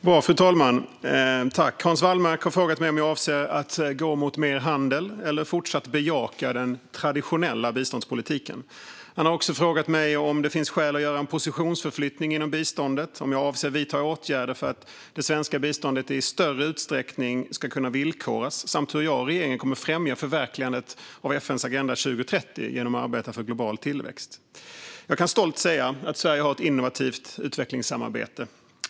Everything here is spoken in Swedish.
Fru talman! har frågat mig om jag avser att gå mot mer handel eller fortsatt bejaka den traditionella biståndspolitiken. Han har också frågat mig om det finns skäl att göra en positionsförflyttning inom biståndet, om jag avser att vidta åtgärder för att det svenska biståndet i större utsträckning ska kunna villkoras samt hur jag och regeringen kommer att främja förverkligandet av FN:s Agenda 2030 genom att arbeta för global tillväxt. Jag kan stolt säga att Sverige har ett innovativt utvecklingssamarbete.